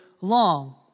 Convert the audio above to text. long